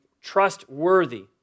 trustworthy